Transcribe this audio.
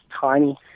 tiny